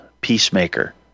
peacemaker